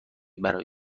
برای